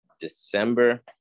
December